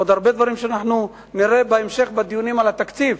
עוד הרבה דברים שאנחנו נראה בהמשך בדיונים על התקציב,